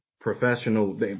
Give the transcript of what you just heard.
professional